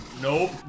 Nope